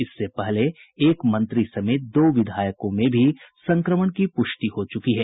इससे पहले मंत्री समेत दो विधायकों में भी संक्रमण की प्रष्टि हो चुकी है